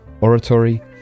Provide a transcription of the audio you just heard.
oratory